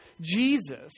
Jesus